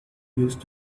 used